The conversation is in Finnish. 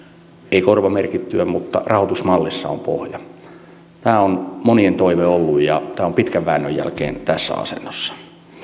ei korvamerkittyä mutta rahoitusmallissa on pohja tämä on monien toive ollut ja tämä on pitkän väännön jälkeen tässä asennossa